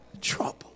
trouble